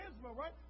right